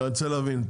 אני רוצה להבין,